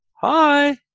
Hi